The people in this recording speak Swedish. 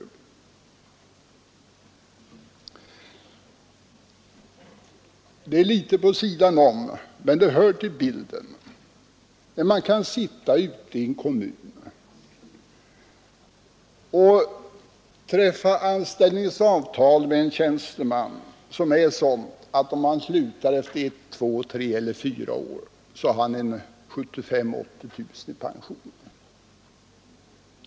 Det jag kommer till nu är litet vid sidan om men det hör till bilden. Man kan sitta ute i en kommun och träffa sådana anställningsavtal med en tjänsteman att om han slutar efter ett—fyra år får han 75 000—80 000 kronor i pension.